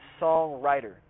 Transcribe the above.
songwriter